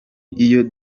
iyo